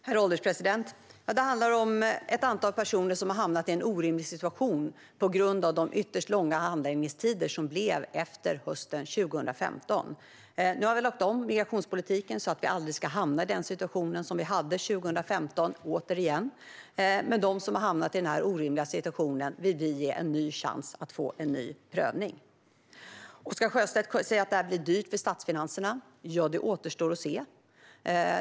Herr ålderspresident! Det handlar om ett antal personer som har hamnat i en orimlig situation på grund av de ytterst långa handläggningstider som det blev efter hösten 2015. Nu har vi lagt om migrationspolitiken så att vi aldrig återigen ska hamna i den situationen vi hade 2015. Men de som hamnat i den orimliga situationen vill vi ge en ny chans att få en ny prövning. Oscar Sjöstedt säger att det blir dyrt för statsfinanserna. Det återstår att se.